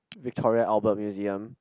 Victoria Albert Museum